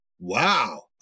wow